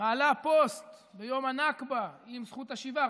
מעלה פוסט ביום הנכבה עם זכות השיבה.